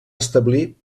establir